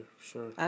sure